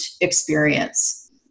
experience